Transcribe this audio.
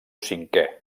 cinquè